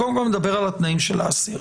קודם כול נדבר על התנאים של האסיר.